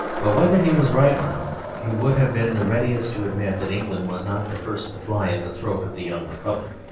but whether he was right or no, he would have been the readiest to admit that england was not the first to fly at the throat of the young republic.